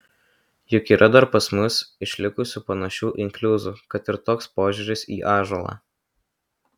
juk yra dar pas mus išlikusių panašių inkliuzų kad ir toks požiūris į ąžuolą